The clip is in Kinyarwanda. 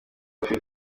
afite